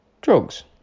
drugs